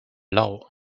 lau